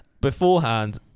Beforehand